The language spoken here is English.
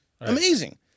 Amazing